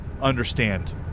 understand